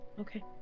Okay